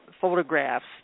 photographs